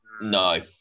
No